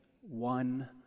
one